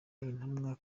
intumwa